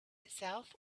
itself